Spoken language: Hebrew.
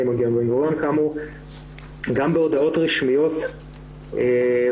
אני מגיע מבן-גוריון וגם בהודעות רשמיות רואים